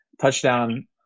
touchdown